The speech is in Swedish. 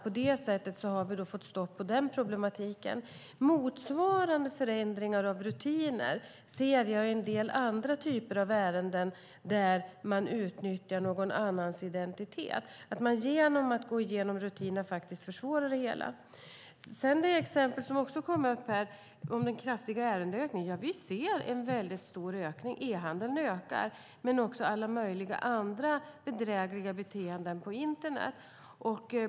På det sättet har vi fått stopp på den problematiken. Motsvarande förändringar av rutiner ser jag i en del andra typer av ärenden som handlar om att utnyttja någon annans identitet. Genom att gå igenom rutiner försvårar man faktiskt det hela. Det kom upp ett exempel på den kraftiga ärendeökningen. Ja, vi ser en stor ökning. E-handeln ökar men också alla möjliga bedrägliga beteenden på internet.